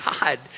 God